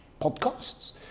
podcasts